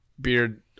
beard